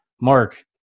Mark